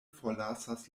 forlasas